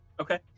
Okay